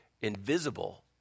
invisible